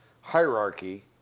hierarchy